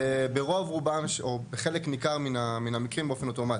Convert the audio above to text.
ברוב רובם או בחלק ניכר מהמקרים, באופן אוטומטי.